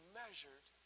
measured